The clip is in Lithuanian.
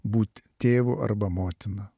būt tėvu arba motina